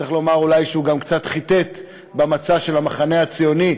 צריך לומר אולי שהוא גם קצת חיטט במצע של המחנה הציוני,